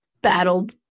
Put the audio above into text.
battled